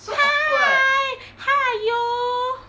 hi how are you